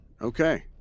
Okay